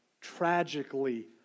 tragically